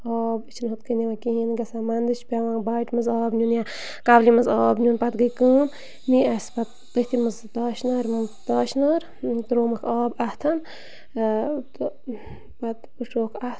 آب أسۍ چھِنہٕ ہُتھٕ کٔنۍ نِوان کِہیٖنۍ یہِ گَژھان منٛدچھ پٮ۪وان باٹہِ منٛز آب نِیُن یا کولہِ منٛز آب نِیُن پَتہٕ گٔے کٲم نی اَسہِ پَتہٕ تٔتھی منٛز تاشنار منٛز تاشِنٲر ترٛوومَکھ آب اَتھٕ آ تہٕ پَتہٕ پٔٹروُکھ اَتھٕ